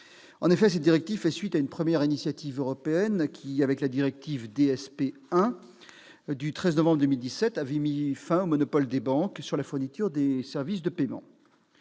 En effet, cette directive fait suite à une première initiative européenne qui, avec la directive « DSP 1 » du 13 novembre 2007, avait mis fin au « monopole » des banques sur la fourniture de services de paiement.